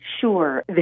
Sure